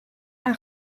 aan